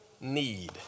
need